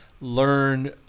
learn